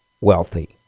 wealthy